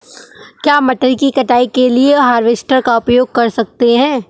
क्या मटर की कटाई के लिए हार्वेस्टर का उपयोग कर सकते हैं?